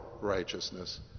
righteousness